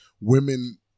women